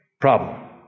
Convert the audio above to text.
Problem